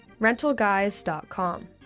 RentalGuys.com